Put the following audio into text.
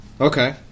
Okay